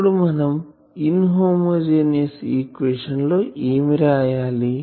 ఇప్పుడు మనం inhomogeneous equation లో ఏమి రాయాలి